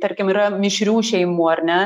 tarkim yra mišrių šeimų ar ne